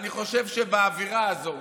אני חושב שבאווירה הזו